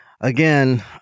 again